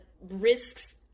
risks